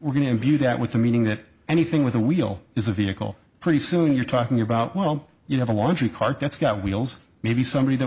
we're going to imbue that with the meaning that anything with a wheel is a vehicle pretty soon you're talking about well you have a laundry cart that's got wheels maybe somebody that